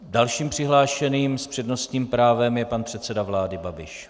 Dalším přihlášeným s přednostním právem je pan předseda vlády Babiš.